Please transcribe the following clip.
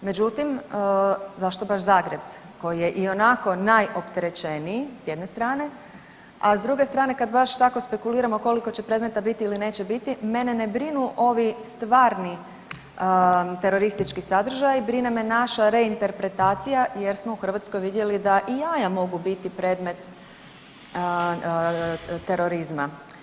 Međutim, zašto baš Zagreb koji je ionako najopterećeniji s jedne strane, a s druge strane kad baš tako spekuliramo koliko će predmeta biti ili neće biti, mene ne brinu ovi stvarni teroristički sadržaji, brine me naša reinterpretacija jer smo u Hrvatskoj vidjeli da i jaja mogu biti predmet terorizma.